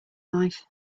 life